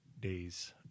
days